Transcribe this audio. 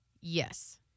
Yes